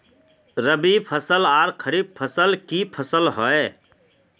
रवि फसल आर खरीफ फसल की फसल होय?